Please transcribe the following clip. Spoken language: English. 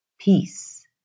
peace